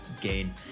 gain